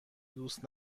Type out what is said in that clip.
دوست